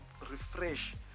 refresh